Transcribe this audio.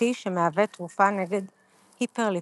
חד-שבטי שמהווה תרופה נגד היפרליפידמיה.